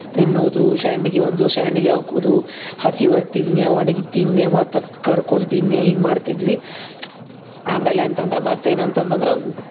ತಿ ತಿನ್ನೋದು ಸಂಡ್ಗಿ ಒಂದು ಸಂಡ್ಗಿ ಹಾಕುವುದು ಹಸಿದ ತಿನ್ಯಾ ಒಣ್ಗಿದ ತಿನ್ಯಾ ಒತಕ್ ಕರ್ಕೊಂಡು ತಿನ್ಯಾ ಹಿಂಗೆ ಮಾಡ್ತಿದ್ವಿ ಆಮೇಲೆ ಅಂತಂದ್ರೆ ಮತ್ತೇನು ಅಂತಂತಂದ್ರೆ